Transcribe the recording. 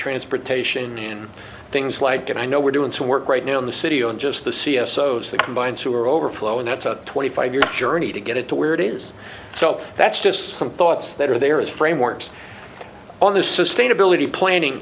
transportation things like that i know we're doing some work right now in the city and just the c s o's the combines who are overflow and that's a twenty five year journey to get it to where it is so that's just some thoughts that are there is frameworks on the sustainability planning